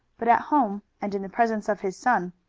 but at home and in the presence of his son,